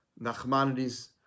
Nachmanides